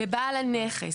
לבעל הנכס.